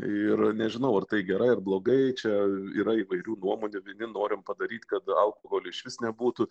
ir nežinau ar tai gerai ar blogai čia yra įvairių nuomonių vieni norim padaryt kad alkoholio išvis nebūtų